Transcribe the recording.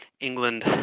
England